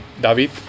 David